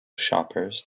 shoppers